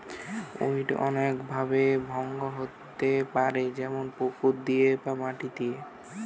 weed অনেক ভাবে ভঙ্গ হইতে পারে যেমনি পুকুর দিয়ে বা মাটি দিয়া